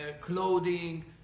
clothing